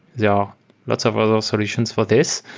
there are lots of other solutions for this.